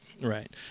Right